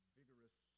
vigorous